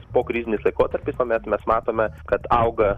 pokrizinis laikotarpį kuomet mes matome kad auga